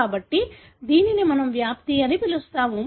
కాబట్టి దీనిని మనం వ్యాప్తి అని పిలుస్తాము